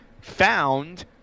found